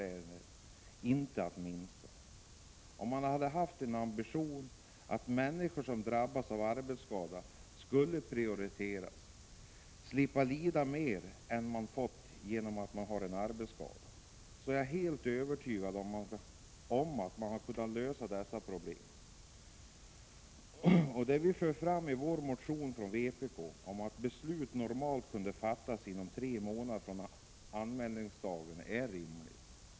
Jag är övertygad om att man hade kunnat lösa dessa problem, om man hade haft ambitionen att människor som drabbas av arbetsskador skulle prioriteras och slippa lida mer än genom den arbetsskada de fått. Vi från vpk för i vår motion fram att beslut i arbetsskadeärenden normalt skall kunna fattas inom tre månader från anmälningsdagen. Det är rimligt.